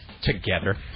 Together